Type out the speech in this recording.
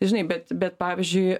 žinai bet bet pavyzdžiui